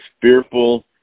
fearful